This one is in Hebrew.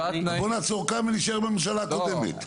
בוא נעצור כאן ונישאר בממשלה הקודמת.